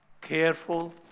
careful